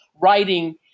writing